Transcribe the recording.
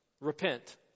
repent